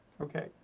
Okay